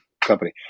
company